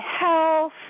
health